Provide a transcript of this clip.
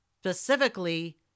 specifically